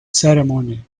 ceremony